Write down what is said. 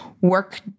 work